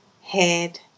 head